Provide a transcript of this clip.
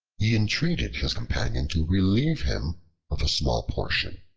he entreated his companion to relieve him of a small portion,